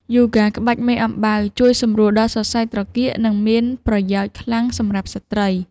យូហ្គាក្បាច់មេអំបៅ ជួយសម្រួលដល់សរសៃត្រគាក និងមានប្រយោជន៍ខ្លាំងសម្រាប់ស្ត្រី។